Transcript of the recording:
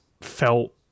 felt